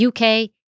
uk